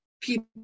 people